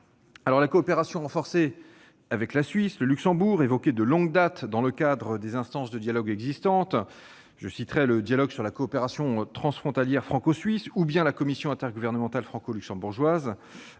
La coopération renforcée avec la Suisse et le Luxembourg, évoquée de longue date dans le cadre des instances de dialogue existantes- je citerai notamment le dialogue sur la coopération transfrontalière franco-suisse et la Commission intergouvernementale franco-luxembourgeoise